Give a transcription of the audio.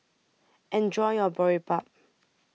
Enjoy your Boribap